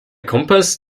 kompass